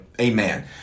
Amen